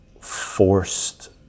forced